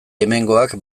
hemengoak